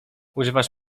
używasz